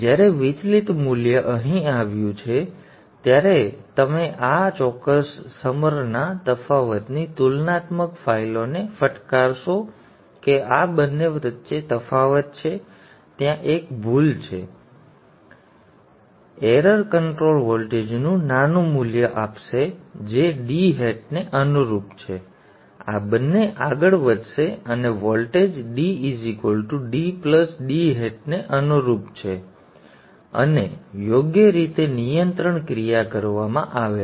હવે જ્યારે વિચલિત મૂલ્ય અહીં આવ્યું છે ત્યારે તમે આ ચોક્કસ ઉનાળાના તફાવતની તુલનાત્મક ફાઇલોને ફટકારશો કે આ બંને વચ્ચે તફાવત છે ત્યાં એક ભૂલ છે ભૂલ છે કે ભૂલ કંટ્રોલ વોલ્ટેજનું નાનું મૂલ્ય આપશે જે d હેટને અનુરૂપ છે આ બંને આગળ વધશે અને વોલ્ટેજ d d d ને અનુરૂપ છે અને યોગ્ય રીતે નિયંત્રણ ક્રિયા કરવામાં આવે છે